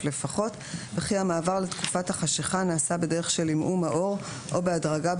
לפחות וכי המעבר לתקופת החשכה נעשה בדרך כל עמעום האור או בהדרגה,